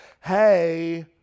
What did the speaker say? Hey